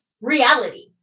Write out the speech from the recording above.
reality